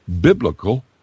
biblical